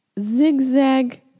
Zigzag